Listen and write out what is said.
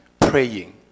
praying